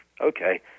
okay